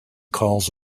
calls